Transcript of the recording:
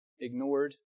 ignored